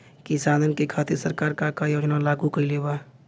किसानन के खातिर सरकार का का योजना लागू कईले बा?